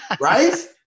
Right